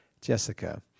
Jessica